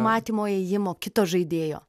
matymo ėjimo kito žaidėjo